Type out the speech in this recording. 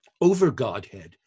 over-Godhead